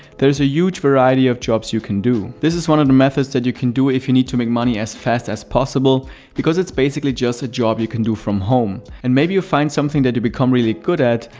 there's a huge variety of jobs you can do. this is one of the methods that you can do if you need to make money as fast as possible because it's just basically a job you can do from home. and maybe you'll find something that you become really good at,